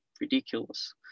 ridiculous